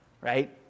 right